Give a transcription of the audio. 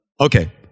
Okay